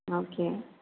okay